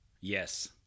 Yes